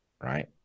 right